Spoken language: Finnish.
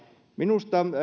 minusta